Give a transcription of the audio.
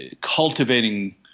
cultivating